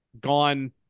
gone